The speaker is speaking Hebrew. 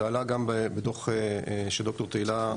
זה עלה גם בתוך הדוח של ד"ר תהילה,